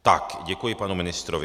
Tak děkuji panu ministrovi.